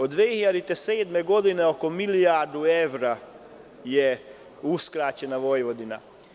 Od 2007. godine, za oko milijardu evra je uskraćena Vojvodina.